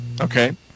Okay